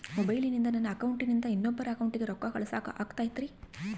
ಮೊಬೈಲಿಂದ ನನ್ನ ಅಕೌಂಟಿಂದ ಇನ್ನೊಬ್ಬರ ಅಕೌಂಟಿಗೆ ರೊಕ್ಕ ಕಳಸಾಕ ಆಗ್ತೈತ್ರಿ?